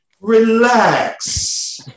Relax